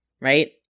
right